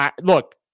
look